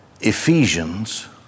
Ephesians